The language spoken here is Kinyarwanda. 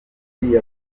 yavuze